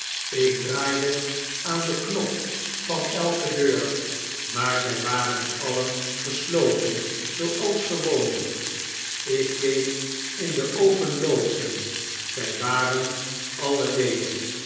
ik draaide aan den knop van elke deur maar zj waren alien gesloten zooals gewoonlijk ik keek in de open loodsen zij waren alle ledig